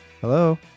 Hello